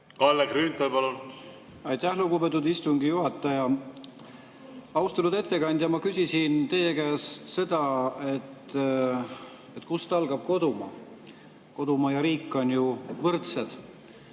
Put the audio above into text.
Kalle Grünthal, palun! Aitäh, lugupeetud istungi juhataja! Austatud ettekandja! Ma küsisin teie käest seda, kust algab kodumaa. Kodumaa ja riik on ju võrdsed.